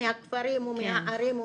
מהכפרים ומהערים,